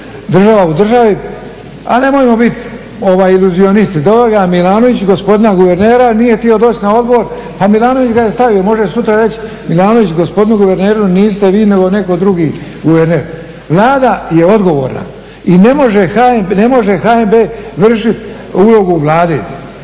država u državi, ali nemojmo biti iluzionisti. Doveo ga je Milanović, gospodina guvernera, nije htio doći na odbor. Pa Milanović ga je stavio, može sutra reći Milanović gospodinu guverneru niste vi nego netko drugi guverner. Vlada je odgovorna i ne može HNB vršiti ulogu Vlade.